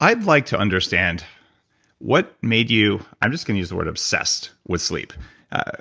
i'd like to understand what made you, i'm just gonna use the word obsessed with sleep